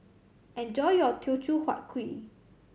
enjoy your Teochew Huat Kuih